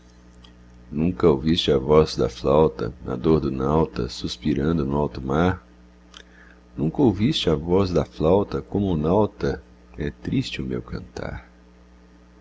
nunca ouviste a voz da flauta a dor do nauta suspirando no alto mar nunca ouviste a voz da flauta como o nauta é tão triste o meu cantar